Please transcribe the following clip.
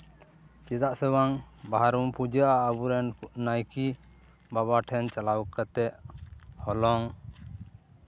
ᱪᱮᱫᱟᱜ ᱥᱮ ᱵᱟᱝ ᱵᱟᱦᱟ ᱨᱮᱵᱚᱱ ᱯᱩᱡᱟᱹᱜᱼᱟ ᱟᱵᱚ ᱨᱮᱱ ᱱᱟᱭᱠᱮ ᱵᱟᱵᱟ ᱴᱷᱮᱱ ᱪᱟᱞᱟᱣ ᱠᱟᱛᱮᱫ ᱦᱚᱞᱚᱝ